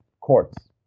courts